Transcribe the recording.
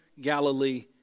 Galilee